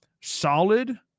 solid